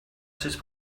sut